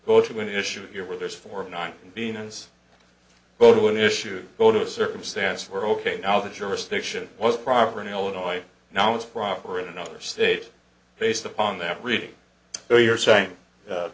go to an issue here where there's four of nine venus but one issue go to a circumstance where ok now the jurisdiction was proper in illinois now it's proper in another state based upon that reading so you're saying